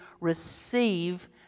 receive